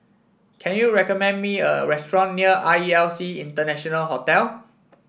can you recommend me a restaurant near R E L C International Hotel